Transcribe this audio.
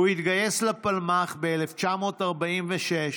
הוא התגייס לפלמ"ח ב-1946,